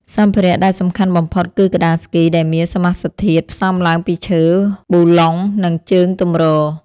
សម្ភារៈដែលសំខាន់បំផុតគឺក្ដារស្គី ដែលមានសមាសធាតុផ្សំឡើងពីឈើ ប៊ូឡុង និងជើងទម្រ។